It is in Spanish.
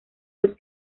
los